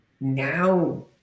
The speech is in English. now